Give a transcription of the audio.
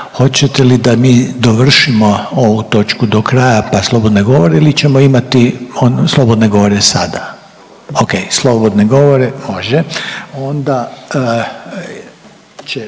Hoćete li da mi dovršimo ovu točku do kraja pa slobodne govore ili ćemo imati slobodne govore sada? Ok. Slobodne govore, može.